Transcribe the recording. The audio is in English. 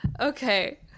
Okay